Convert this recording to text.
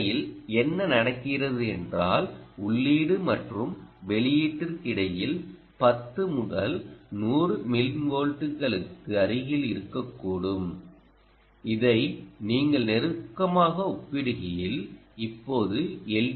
உண்மையில் என்ன நடக்கிறது என்றால் உள்ளீடு மற்றும் வெளியீட்டிற்கு இடையில் 10 முதல் 100 மில்லிவோல்ட்களுக்கு அருகில் இருக்கக்கூடும் இதை நீங்கள் நெருக்கமாக ஒப்பிடுகையில் இப்போது எல்